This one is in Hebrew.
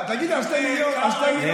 תגיד, ה-2 מיליון של השר,